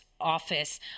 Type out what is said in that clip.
Office